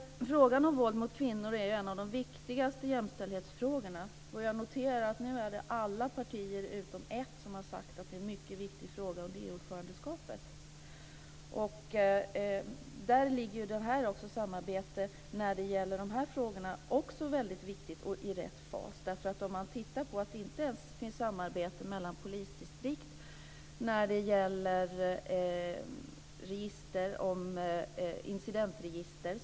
Frågan om våld mot kvinnor är en av de viktigaste jämställdhetsfrågorna. Jag noterar att alla partier utom ett nu har sagt att detta är en mycket viktig fråga under EU-ordförandeskapet. Där är det ju också väldigt viktigt med samarbete när det gäller de här frågorna, och det måste vara i rätt fas. Vi kan se att det inte ens finns samarbete mellan polisdistrikt när det gäller incidentregister.